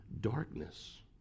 darkness